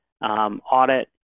audit